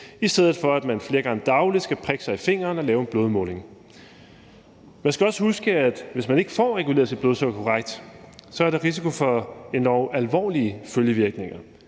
i stedet for at man flere gange dagligt skal prikke sig i fingeren og lave en blodmåling. Man skal også huske, at hvis man ikke får reguleret sit blodsukker korrekt, er der risiko for endog alvorlige følgevirkninger.